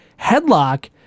headlock